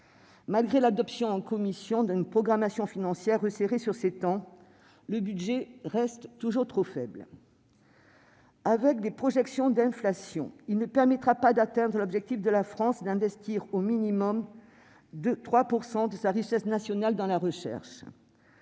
Malgré l'adoption en commission d'une programmation financière resserrée sur sept ans, le budget reste trop faible. Avec les projections d'inflation, il ne permettra pas d'atteindre l'objectif de la France d'investir un minimum de 3 % de sa richesse nationale dans la recherche.